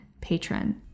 patron